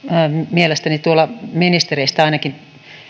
mielestäni tuolla ministereistä ainakin